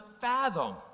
fathom